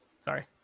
sorry